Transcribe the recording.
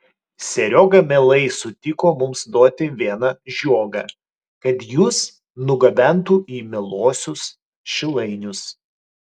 serioga mielai sutiko mums duoti vieną žiogą kad jus nugabentų į mieluosius šilainius